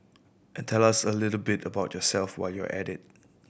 and tell us a little bit about yourself while you're at it